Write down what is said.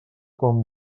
quan